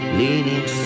leaning